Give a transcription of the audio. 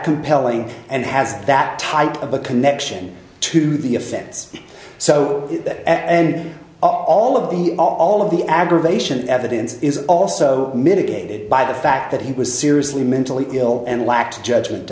compelling and has that type of a connection to the offense so it and all of the all of the aggravation evidence is also mitigated by the fact that he was seriously mentally ill and lacked judgment